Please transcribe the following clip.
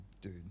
dude